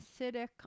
acidic